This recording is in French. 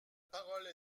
parole